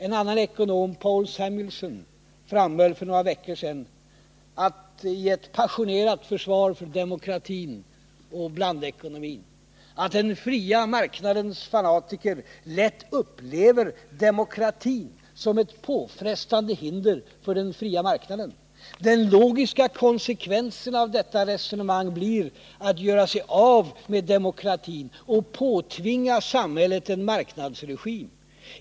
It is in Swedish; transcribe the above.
En annan ekonom, Paul Samuelson, framhöll för några veckor sedan i ett passionerat försvar för demokratin och blandekonomin att den fria marknadens fanatiker lätt upplever demokratin som ett påfrestande hinder för denna fria marknad. Den logiska konsekvensen av detta resonemang blir att man måste göra sig av med demokratin och påtvinga samhället en marknadsregim.